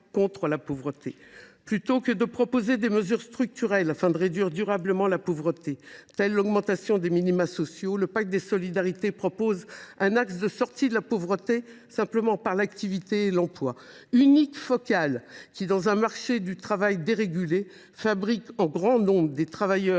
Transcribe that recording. contre la pauvreté ». Plutôt que de proposer des mesures structurelles afin de réduire durablement la pauvreté, telle l’augmentation des minima sociaux, le pacte des solidarités propose un axe de « sortie de la pauvreté par l’activité et l’emploi », unique focale qui, dans un marché du travail dérégulé, fabriquera en grand nombre des travailleurs